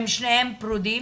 הם שניהם פרודים.